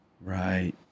Right